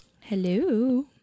hello